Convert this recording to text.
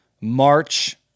March